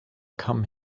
come